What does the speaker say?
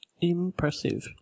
Impressive